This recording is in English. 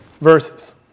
verses